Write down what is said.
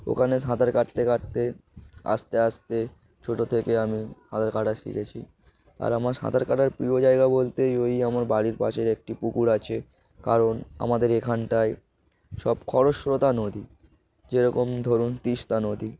ওখানে সাঁতার কাটতে কাটতে আস্তে আস্তে ছোটো থেকে আমি সাঁতার কাটা শিখেছি আর আমার সাঁতার কাটার প্রিয় জায়গা বলতেই ওই আমার বাড়ির পাশের একটি পুকুর আছে কারণ আমাদের এখানটায় সব খরস্রোতা নদী যেরকম ধরুন তিস্তা নদী